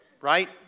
Right